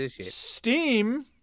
Steam